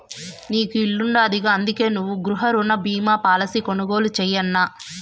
నీకు ఇల్లుండాదిగా, అందుకే నువ్వు గృహరుణ బీమా పాలసీ కొనుగోలు చేయన్నా